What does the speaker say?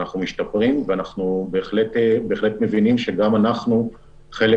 אנחנו משתפרים ואנחנו בהחלט מבינים שגם אנחנו חלק